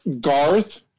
Garth